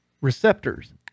receptors